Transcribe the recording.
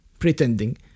pretending